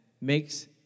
makes